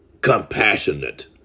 compassionate